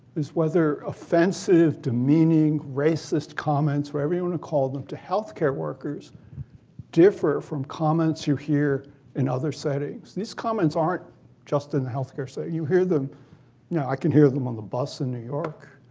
is whether offensive, demeaning, racist comments whatever you want to call them to health care workers differ from comments you hear in other settings these comments aren't just in the health care setting. you hear them now i can hear them on the bus in new york,